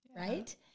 right